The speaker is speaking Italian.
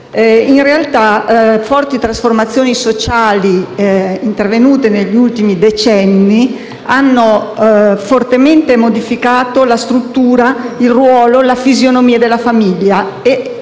In realtà, forti trasformazioni sociali intervenute negli ultimi decenni hanno fortemente modificato la struttura, il ruolo, la fisonomia della famiglia.